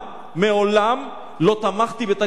מעולם לא תמכתי ב"תג מחיר",